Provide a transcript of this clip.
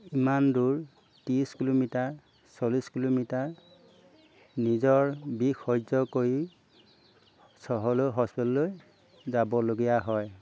ইমান দূৰ ত্ৰিছ কিলোমিটাৰ চল্লিছ কিলোমিটাৰ নিজৰ বিষ সহ্য কৰি চহৰলৈ হস্পিটেললৈ যাবলগীয়া হয়